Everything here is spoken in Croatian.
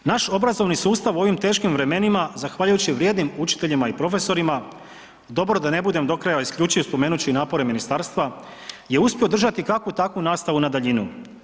Naš obrazovni sustav u ovim teškim vremenima zahvaljujući vrijednim učiteljima i profesorima, dobro da ne budem do kraja isključio, spomenut ću i napore ministarstva, je uspio održati kakvu takvu nastavu na daljinu.